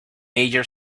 major